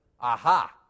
aha